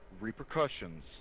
repercussions